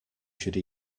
should